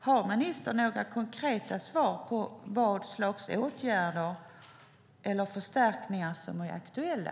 Har ministern några konkreta svar på vilka slags åtgärder eller förstärkningar som är aktuella?